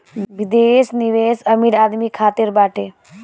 विदेश निवेश अमीर आदमी खातिर बाटे